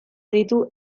ditu